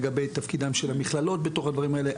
לגבי תפקידן של המכללות בתוך הדברים האלה,